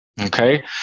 Okay